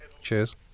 cheers